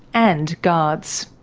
and guards.